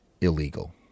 illegal